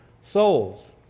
souls